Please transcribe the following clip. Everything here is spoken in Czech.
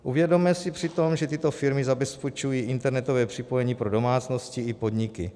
Uvědomme si přitom, že tyto firmy zabezpečují internetové připojení pro domácnosti i podniky.